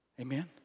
Amen